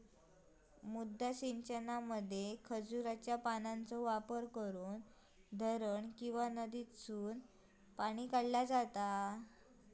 मुद्दा सिंचनामध्ये खजुराच्या पानांचो वापर करून धरण किंवा नदीसून पाणी काढला जाता